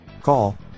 Call